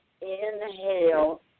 inhale